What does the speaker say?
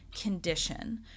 condition